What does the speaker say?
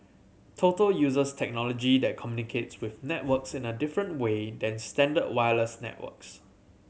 total uses technology that communicates with networks in a different way than standard wireless networks